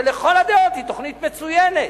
שלכל הדעות היא תוכנית מצוינת.